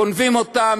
גונבים אותן,